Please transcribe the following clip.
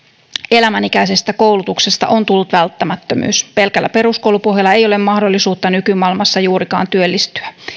elämänikäisestä koulutuksesta on tullut välttämättömyys pelkällä peruskoulupohjalla ei ole mahdollisuutta nykymaailmassa juurikaan työllistyä